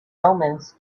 omens